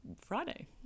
Friday